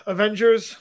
Avengers